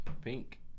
Pink